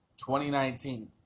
2019